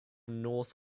north